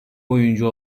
oyuncu